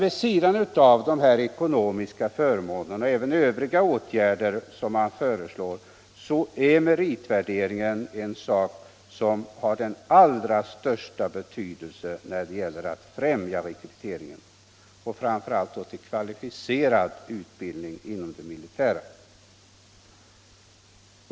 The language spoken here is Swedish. Vid sidan av dessa ekonomiska förmåner och övriga åtgärder som man föreslår är meritvärderingen en sak av allra största betydelse när det gäller att främja rekryteringen — och framför allt då till kvalificerad utbildning inom det militära.